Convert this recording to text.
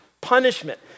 punishment